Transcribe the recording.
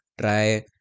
try